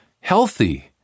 healthy